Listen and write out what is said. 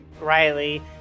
Riley